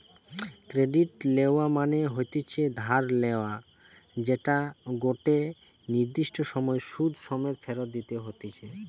credit লেওয়া মনে হতিছে ধার লেয়া যেটা গটে নির্দিষ্ট সময় সুধ সমেত ফেরত দিতে হতিছে